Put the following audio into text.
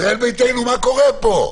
ישראל ביתנו, מה קורה פה?